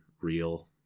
Real